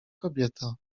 kobieta